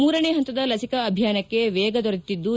ಮೂರನೇ ಹಂತದ ಲಸಿಕಾ ಅಭಿಯಾನಕ್ಕೆ ವೇಗ ದೊರೆತಿದ್ದು